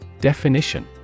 Definition